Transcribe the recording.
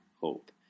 hope